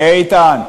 בדרך כלל,